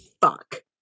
fuck